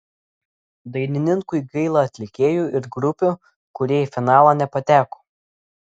dainininkui gaila atlikėjų ir grupių kurie į finalą nepateko